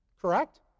Correct